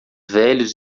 velhos